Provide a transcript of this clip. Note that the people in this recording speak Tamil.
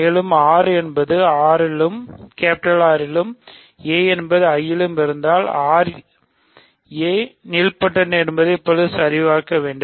மேலும் r என்பது R லும் a என்பது I லும் இருந்தால்r a நீல்பொடென்ட் என்பதை இப்போது சரிபார்க்க வேண்டும்